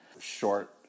Short